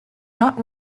not